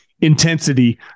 intensity